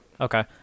Okay